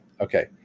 okay